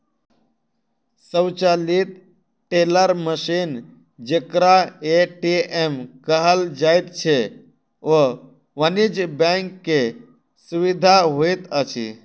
स्वचालित teller machine जेकरा ATM कहल जाइत छै, ओ वाणिज्य बैंक के सुविधा होइत अछि